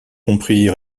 compris